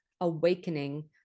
Awakening